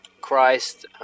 Christ